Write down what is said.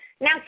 now